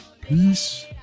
peace